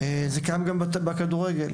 זה קיים גם בכדורגל.